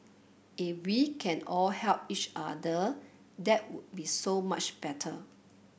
if we can all help each other that would be so much better